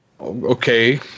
Okay